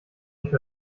nicht